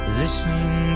listening